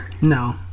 No